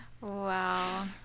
Wow